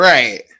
Right